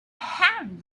had